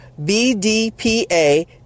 BDPA